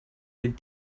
den